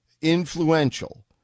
influential